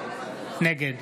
נגד